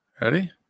Ready